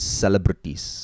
celebrities